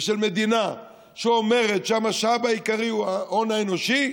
ושל מדינה שאומרת שהמשאב העיקרי הוא ההון האנושי,